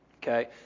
Okay